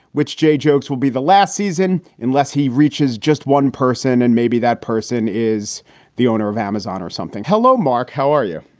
which jokes will be the last season unless he reaches just one person and maybe that person is the owner of amazon or something. hello, mark, how are you?